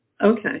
Okay